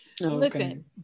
Listen